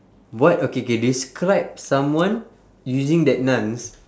what okay K describe someone using that nouns